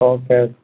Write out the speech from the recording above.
okay okay